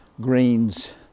Greens